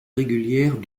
régulière